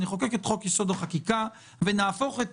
נחוקק את חוק-יסוד: החקיקה ונהפוך את